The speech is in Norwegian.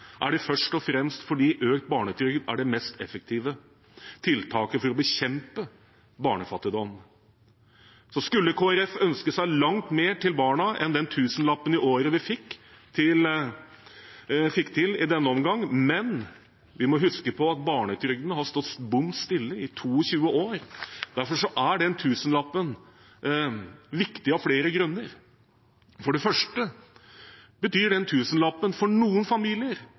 er det først og fremst fordi økt barnetrygd er det mest effektive tiltaket for å bekjempe barnefattigdom. Så skulle Kristelig Folkeparti ønske seg langt mer til barna enn den tusenlappen i året vi fikk til i denne omgangen. Men vi må huske på at barnetrygden har stått bom stille i 22 år, og derfor er den tusenlappen viktig av flere grunner: For det første betyr den tusenlappen for noen familier